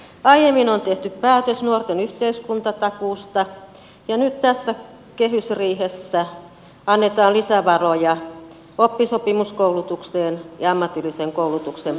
aiemmin on tehty päätös nuorten yhteiskuntatakuusta ja nyt tässä kehysriihessä annetaan lisävaroja oppisopimuskoulutukseen ja ammatillisen koulutuksen paikkoihin